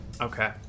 Okay